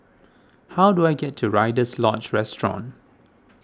how do I get to Rider's Lodge Resort